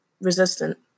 resistant